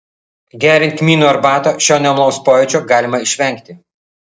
geriant kmynų arbatą šio nemalonaus pojūčio galima išvengti